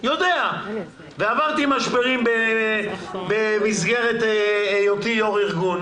יודע ועברתי משברים במסגרת היותי יו"ר ארגון.